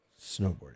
Snowboarding